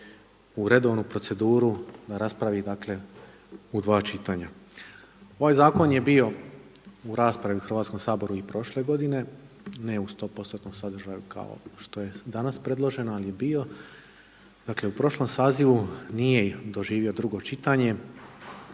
u redovnu proceduru, da raspravi dakle u dva čitanja. Ovaj zakon je bio u raspravi u Hrvatskom saboru i prošle godine, ne u 100%-tnom sadržaju kao što je danas predloženo ali je bio. Dakle u prošlom sazivu nije doživio drugo čitanje